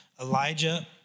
Elijah